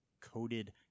coated